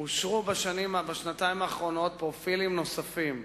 אושרו בשנתיים האחרונות פרופילים נוספים,